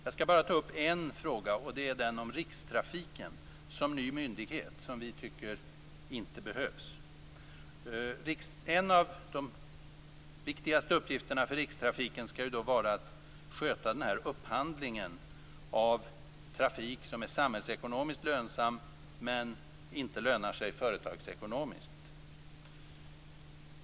Jag skall bara ta upp en fråga, nämligen den om rikstrafiken som ny myndighet, som vi tycker inte behövs. En av de viktigaste uppgifterna för rikstrafiken skall vara att sköta upphandlingen av trafik som är samhällsekonomiskt lönsam men som inte lönar sig företagsekonomiskt.